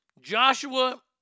Joshua